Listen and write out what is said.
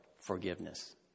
forgiveness